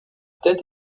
tête